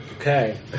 Okay